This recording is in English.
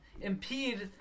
impede